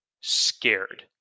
scared